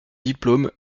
diplôme